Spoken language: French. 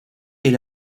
est